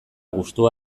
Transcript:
gustua